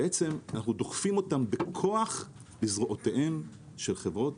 בעצם אנחנו דוחפים אותם בכוח לזרועותיהן של חברות